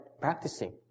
practicing